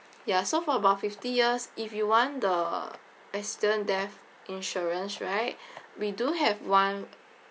ya so for about fifty years if you want the accident death insurance right we do have one